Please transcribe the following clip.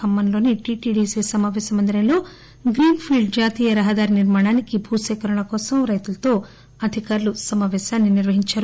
ఖమ్మంలోని TTDC సమాపేశ మందిరంలో green field జాతీయ రహదారి నిర్మాణానికి భూసేకరణ కోసం రైతులతో అధికారులు సమావేశాన్ని నిర్వహించారు